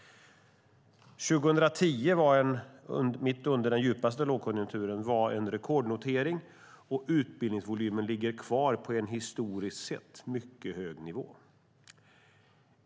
År 2010, mitt under den djupaste lågkonjunkturen, var en rekordnotering, och utbildningsvolymen ligger kvar på en historiskt sett mycket hög nivå.